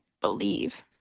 believe